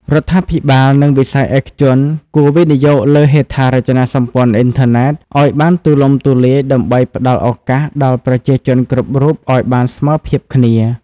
រដ្ឋាភិបាល និងវិស័យឯកជនគួរ វិនិយោគលើហេដ្ឋារចនាសម្ព័ន្ធអ៊ីនធឺណិត ឱ្យបានទូលំទូលាយដើម្បីផ្តល់ឱកាសដល់ប្រជាជនគ្រប់រូបឱ្យបានស្មើភាពគ្នា។